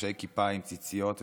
חובשי כיפה עם ציציות,